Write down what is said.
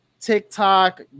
TikTok